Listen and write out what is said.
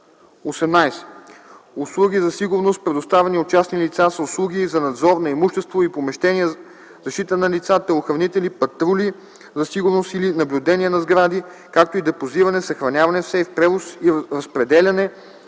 18. „Услуги за сигурност, предоставяни от частни лица” ca услуги за надзор на имущество и помещения, защита на лица (телохранители), патрули за сигурност или наблюдение на сгради, както и депозиране, съхраняване в сейф, превоз и разпределяне